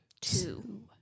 Two